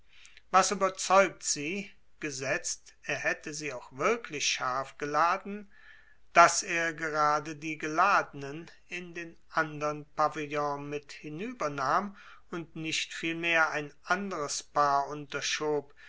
was überzeugt sie gesetzt er hätte sie auch wirklich scharf geladen daß er gerade die geladenen in den andern pavillon mit hinübernahm und nicht vielmehr ein anderes paar unterschob